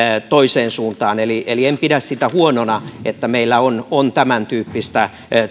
toiseen suuntaan eli eli en pidä sitä huonona että meillä on on tämäntyyppistä